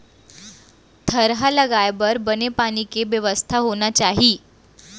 थरहा लगाए बर बने पानी के बेवस्था होनी चाही